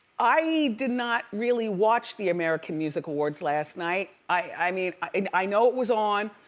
i did not really watch the american music awards last night. i mean, and i know it was on,